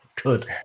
good